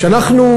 כשאנחנו,